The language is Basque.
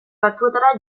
batzuetara